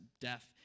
death